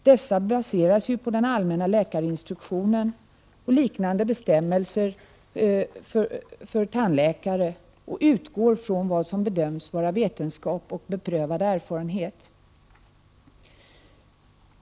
Dessa baseras ju på den allmänna läkarinstruktionen och liknande bestämmelser för tandläkare och utgår från vad som bedöms vara vetenskap och beprövad erfarenhet.